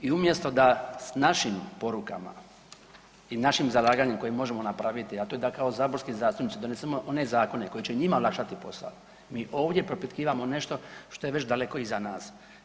I umjesto da s našim porukama i našim zalaganjem koji možemo napraviti, a to je da kao saborski zastupnici donesemo one zakone koji će njima olakšati posao, mi ovdje propitkivamo nešto što je već daleko iza nas.